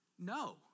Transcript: No